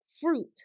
fruit